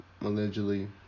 allegedly